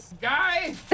guys